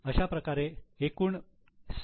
अशाप्रकारे एकूण सी